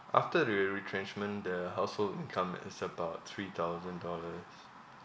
after the re~ retrenchment the household income is about three thousand dollars